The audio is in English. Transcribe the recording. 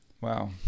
Wow